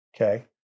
Okay